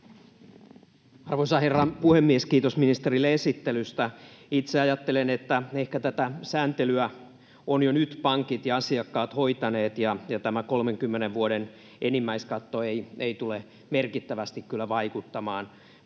Arvoisa herra puhemies! Kiitos ministerille esittelystä. — Itse ajattelen, että ehkä tätä sääntelyä ovat jo nyt pankit ja asiakkaat hoitaneet ja tämä 30 vuoden enimmäiskatto ei tule merkittävästi kyllä vaikuttamaan.